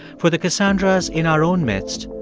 for the cassandras in our own midst,